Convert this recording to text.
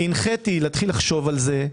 הנחיתי להתחיל לחשוב על זה.